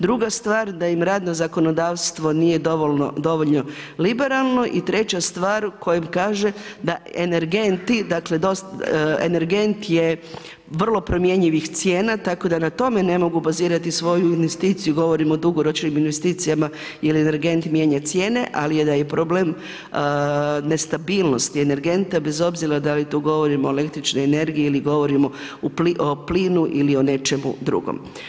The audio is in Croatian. Druga stvar da im radno zakonodavstvo nije dovoljno liberalno i treća stvar kojom kaže da energenti, dakle energent je vrlo promjenjivih cijena tako da na tome ne mogu bazirati svoju investiciju, govorim o dugoročnim investicijama jel energent mijenja cijene, ali da je i problem nestabilnosti energenta bez obzira da li tu govorimo o električnoj energiji ili govorimo o plinu ili o nečemu drugom.